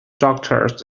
daughters